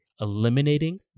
eliminating